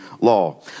law